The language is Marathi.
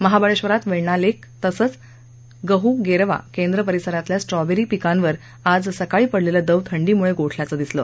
महाबळेश्वरात वेण्णा लेक तसंच गहू गेरवा केंद्र परिसरातल्या स्ट्रॉबेरीच्या पिकांवर आज सकाळी पडलेलं दव थंडीमुळे गोठल्याचं दिसलं